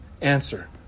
answer